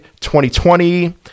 2020